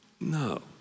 no